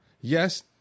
Yes